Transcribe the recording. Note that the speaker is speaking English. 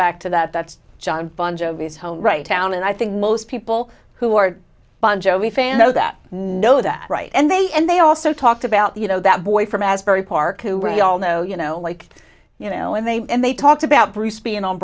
back to that that's jon bon jovi's home right town and i think most people who are bon jovi fan know that know that right and they and they also talked about you know that boy from asbury park who were they all know you know like you know and they and they talked about bruce being on